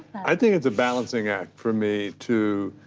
i think it's a balancing act for me, too.